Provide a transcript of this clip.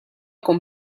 con